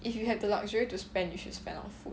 if you have the luxury to spend you should spend on food